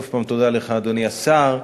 שוב פעם, תודה לך, אדוני השר.